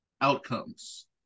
outcomes